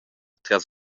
tras